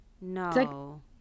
No